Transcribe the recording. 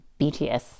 BTS